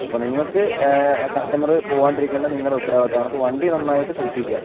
അപ്പോൾ നിങ്ങൾക്ക് കസ്റ്റമർ പോവാണ്ടെ ഇരിക്കേണ്ടത് നിങ്ങളുടെ ഉത്തരവാദിത്തമാണ് അപ്പം വണ്ടി നന്നായിട്ട് സൂക്ഷിക്കുക